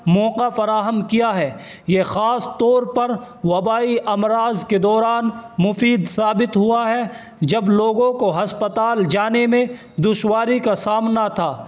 موقع فراہم کیا ہے یہ خاص طور پر وبائی امراض کے دوران مفید ثابت ہوا ہے جب لوگوں کو ہسپتال جانے میں دشواری کا سامنا تھا